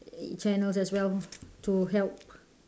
channels as well to help